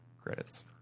credits